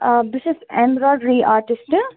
بہٕ چھَس embroidery artist